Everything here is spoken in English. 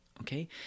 okay